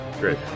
Great